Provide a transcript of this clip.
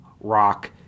rock